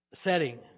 setting